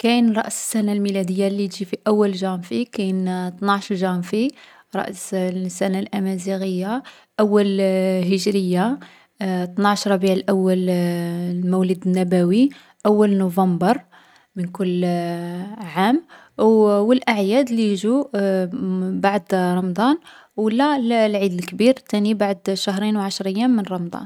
كاين رأس السنة الميلادية لي تجي في أول جانفي. كاين ثناعش جانفي رأس الـ السنة الأمازيغية. أول هجرية. ثناعش ربيع الأول المولد النبوي. أول نوفمبر من كل عام. و و الأعياد لي يجو مـ بعد رمضان و لا الـ العيد الكبير تاني بعد شهرين و عشر ايام من رمضان.